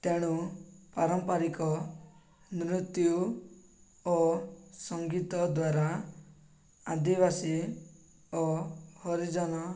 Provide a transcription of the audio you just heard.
ତେଣୁ ପାରମ୍ପାରିକ ନୃତ୍ୟ ଓ ସଙ୍ଗୀତ ଦ୍ୱାରା ଆଦିବାସୀ ଓ ହରିଜନ